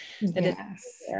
Yes